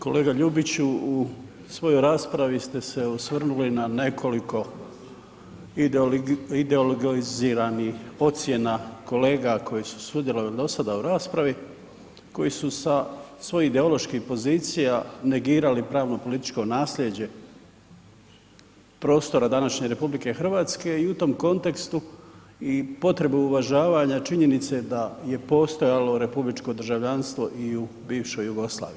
Kolega Ljubiću, u svojoj raspravi ste se osvrnuli na nekoliko ideologiziranih ocjena kolega koji su sudjelovali do sada u raspravi koji su sa svojih ideoloških pozicija negirali pravno političko nasljeđe prostora današnje RH i u tom kontekstu potrebu uvažavanja činjenice da je postojalo republičko državljanstvo i u bivšoj Jugoslaviji.